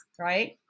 right